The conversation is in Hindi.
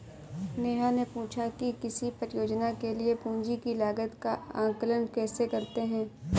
नेहा ने पूछा कि किसी परियोजना के लिए पूंजी की लागत का आंकलन कैसे करते हैं?